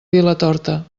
vilatorta